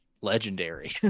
legendary